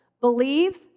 Believe